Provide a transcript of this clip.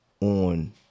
on